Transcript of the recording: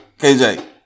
KJ